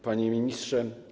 Panie Ministrze!